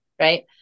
Right